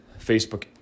Facebook